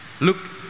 Look